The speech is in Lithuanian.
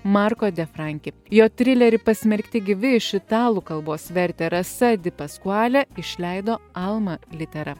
marko de franki jo trileryje pasmerkti gyvi iš italų kalbos vertė rasa di pasquale išleido alma litera